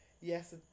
yes